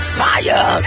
fire